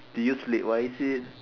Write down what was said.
do you sleep wisely